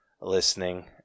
listening